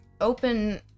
open